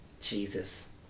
Jesus